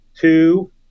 Two